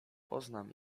poznam